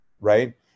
Right